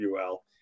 UL